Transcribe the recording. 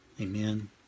Amen